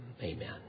amen